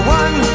one